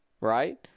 right